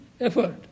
effort